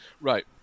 Right